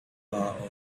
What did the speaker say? bar